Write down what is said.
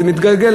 וזה מתגלגל,